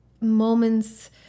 moments